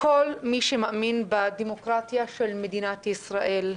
כל מי שמאמין בדמוקרטיה של מדינת ישראל,